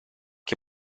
che